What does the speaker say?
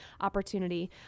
opportunity